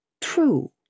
True